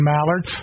Mallard